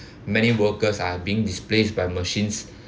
many workers are being displaced by machines